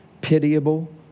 pitiable